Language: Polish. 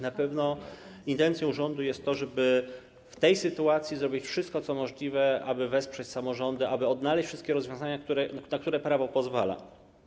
Na pewno intencją rządu jest to, żeby w tej sytuacji zrobić wszystko, co możliwe, aby wesprzeć samorządy, aby odnaleźć wszystkie rozwiązania, na które pozwala prawo.